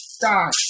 die